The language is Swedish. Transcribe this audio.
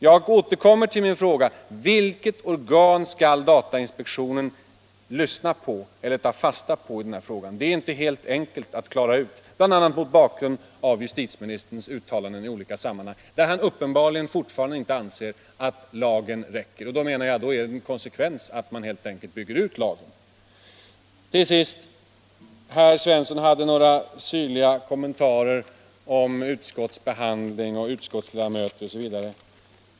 Jag återkommer till min fråga: Vilket organ skall datainspektionen lyssna till” Vems åsikter skall man ta fasta på? Det är inte helt enkelt att klara ut, bl.a. mot bakgrund av justitieministerns uttalanden i olika sammanhang, där han uppenbarligen fortfarande inte anser att lagen räcker till. Då bör ju konsekvensen vara att man helt enkelt bygger ut lagen. Herr Svensson hade också några syrliga kommentarer om utskottets behandling, utskottsledamöter osv.